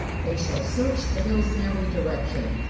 they shall search the hills in every direction.